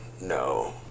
No